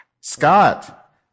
Scott